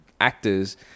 actors